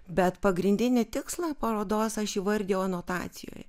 bet pagrindinį tikslą parodos aš įvardijau anotacijoje